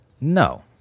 No